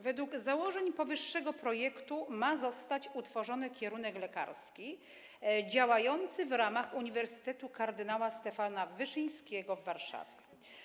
Według założeń powyższego projektu ma zostać utworzony kierunek lekarski działający w ramach Uniwersytetu Kardynała Stefana Wyszyńskiego w Warszawie.